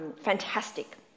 fantastic